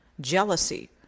jealousy